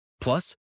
Plus